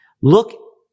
Look